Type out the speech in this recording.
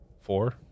Four